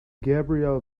gabriel